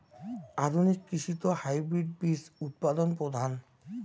আধুনিক কৃষিত হাইব্রিড বীজ উৎপাদন প্রধান